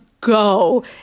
go